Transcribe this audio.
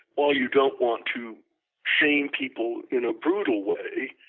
while you don't want to shame people in a brutal way,